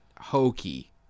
hokey